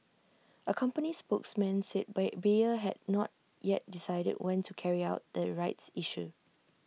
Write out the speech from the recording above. A company spokesman said Ba Bayer had not yet decided when to carry out the rights issue